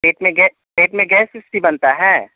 पेट में पेट में गैस एस टी बनता है